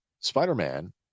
spider-man